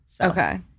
Okay